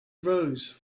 rose